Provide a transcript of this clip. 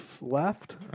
left